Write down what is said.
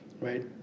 right